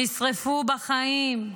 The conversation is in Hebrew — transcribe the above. נשרפו בחיים,